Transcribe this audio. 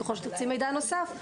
ככל שתרצי מידע נוסף,